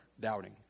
doubting